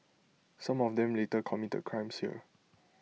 some of them later committed crimes here